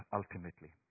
ultimately